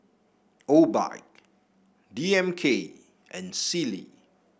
Obike D M K and Sealy